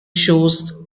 shows